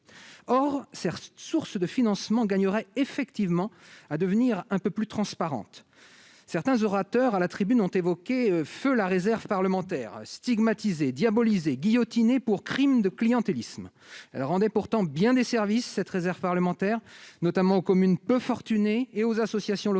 Or cette source de financement gagnerait à devenir un peu plus transparente. Certains orateurs ont évoqué feu la réserve parlementaire, stigmatisée, diabolisée, guillotinée pour crime de clientélisme. Celle-ci rendait pourtant bien des services, notamment aux communes peu fortunées et aux associations locales,